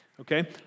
Okay